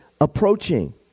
approaching